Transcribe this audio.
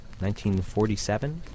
1947